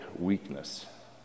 weakness